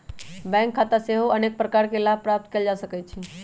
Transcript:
bank खता होयेसे अनेक प्रकार के लाभ प्राप्त कएल जा सकइ छै